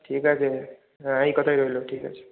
ঠিক আছে হ্যাঁ এই কথাই রইল ঠিক আছে